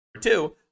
two